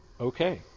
Okay